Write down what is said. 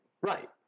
Right